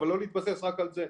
אבל לא להתבסס רק על זה.